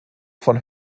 von